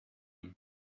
him